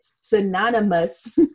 synonymous